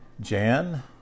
Jan